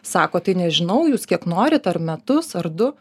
sako tai nežinau jūs kiek norit ar metus ar du